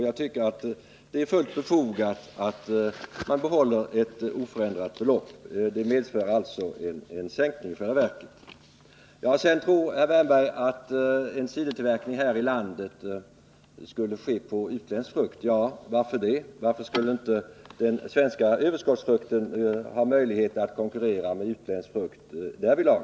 Jag tycker att det är fullt befogat att behålla ett oförändrat belopp. Det medför i själva verket en sänkning. Herr Wärnberg tror att cider här i landet skulle tillverkas av utländsk frukt. Varför det? Varför skulle inte den svenska överskottsfrukten ha möjlighet att konkurrera med utländsk frukt därvidlag?